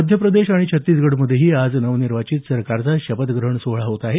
मध्यप्रदेश आणि छत्तीसगढमध्येही आज नवनिर्वाचित सरकारचा शपथग्रहण सोहळा होत आहे